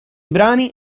brani